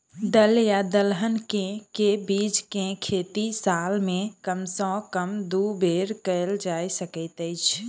दल या दलहन केँ के बीज केँ खेती साल मे कम सँ कम दु बेर कैल जाय सकैत अछि?